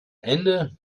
ende